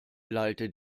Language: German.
lallte